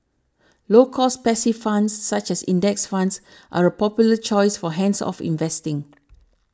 low cost passive funds such as index funds are a popular choice for hands off investing